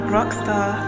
Rockstar